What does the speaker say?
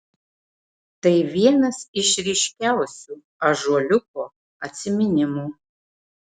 tai vienas iš ryškiausių ąžuoliuko atsiminimų